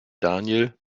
daniel